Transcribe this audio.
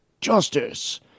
Justice